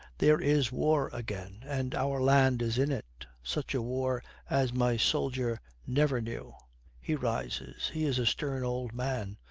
there is war again, and our land is in it. such a war as my soldier never knew he rises. he is a stern old man.